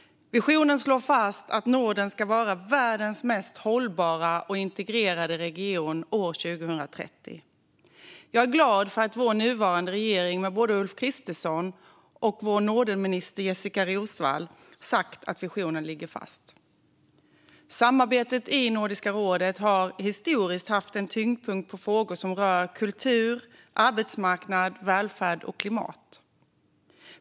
Visionen slår fast att Norden ska vara världens mest hållbara och integrerade region år 2030. Jag är glad för att vår nuvarande regering med både Ulf Kristersson och vår Nordenminister Jessika Roswall har sagt att visionen ligger fast. Samarbetet i Nordiska rådet har historiskt haft en tyngdpunkt på frågor som rör kultur, arbetsmarknad, välfärd och klimat.